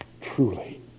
Truly